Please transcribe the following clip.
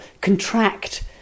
contract